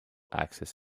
access